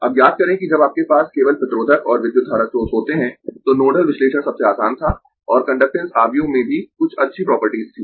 अब याद करें कि जब आपके पास केवल प्रतिरोधक और विद्युत धारा स्रोत होते है तो नोडल विश्लेषण सबसे आसान था और कंडक्टेन्स आव्यूह में भी कुछ अच्छी प्रॉपर्टीज थी